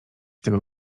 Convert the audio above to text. tego